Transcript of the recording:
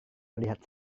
melihat